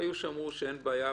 והיו שאמרו שאין בעיה,